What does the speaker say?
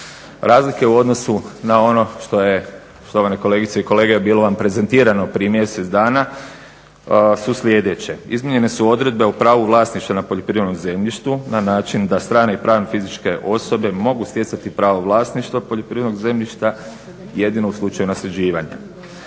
Razlike u odnosu na ono što je štovane kolegice i kolege bilo vam prezentirano prije mjesec dana su sljedeće: izmijenjene su odredbe o pravu vlasništva na poljoprivrednom zemljištu na način da strane i pravne fizičke osobe mogu stjecati pravo vlasništva poljoprivrednog zemljišta jedino u slučaju nasljeđivanja.